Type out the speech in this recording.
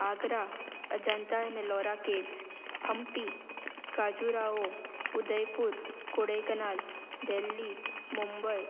Agra Ajanta Ellora caves Hampi Khajuraho Udaipur Kodak Delhi Mumbai